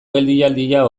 geldialdia